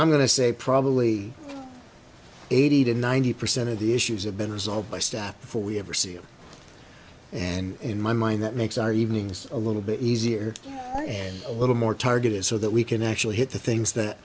i'm going to say probably eighty to ninety percent of the issues have been resolved by staff before we ever see them and in my mind that makes our evenings a little bit easier and a little more targeted so that we can actually hit the things that